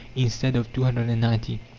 instead of two hundred and ninety.